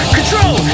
Control